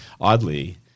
Oddly